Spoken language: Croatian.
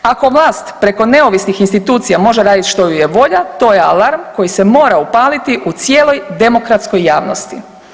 Ako vlast preko neovisnih institucija može raditi što ju je volja to je alarm koji se mora upaliti u cijeloj demokratskoj javnosti.